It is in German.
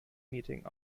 meeting